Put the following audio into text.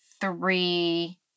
three